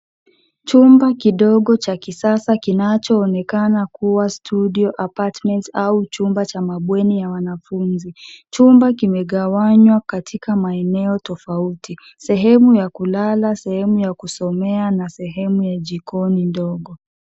Chumba kidogo cha kisasa kinachoonekaa kuwa studio apartments au chumba cha mabweni ya wanafunzi. Chumba kimegawanywa katika maeneo tofauti sehemu ya kulala, sehemu ya kusomea na sehemu ya jikoni ndogo.